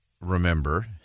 remember